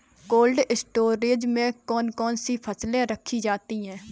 Cold storage में कौन कौन सी फसलें रखी जाती हैं?